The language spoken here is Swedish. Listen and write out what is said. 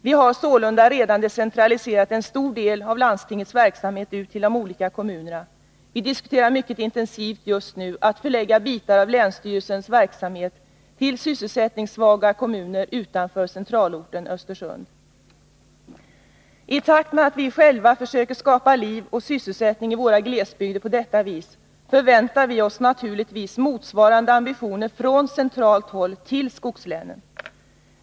Vi har sålunda redan decentraliserat en stor del av landstingets verksamhet ut till de olika kommunerna. Vi diskuterar mycket intensivt just nu att förlägga bitar av länsstyrelsens verksamhet till sysselsättningssvaga kommuner utanför centralorten Östersund. I takt med att vi själva försöker skapa liv och sysselsättning i våra glesbygder på detta vis förväntar vi oss naturligtvis motsvarande ambitioner från centralt håll när det gäller skogslänen.